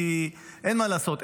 כי אין מה לעשות,